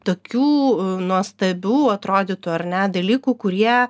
tokių nuostabių atrodytų ar ne dalykų kurie